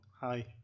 Hi